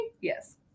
Yes